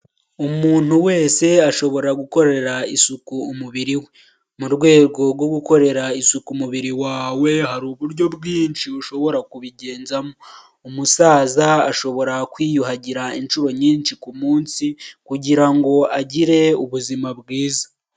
Umuntu wese ashobora gukorera isuku umubiri we, mu rwego rwo gukorera isuku umubiri wawe hari uburyo bwinshi ushobora kubigenzamo, umusaza ashobora kwiyuhagira inshuro nyinshi ku munsi kugira ngo agire ubuzima bwiza.